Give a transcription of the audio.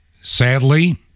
Sadly